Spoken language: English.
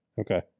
Okay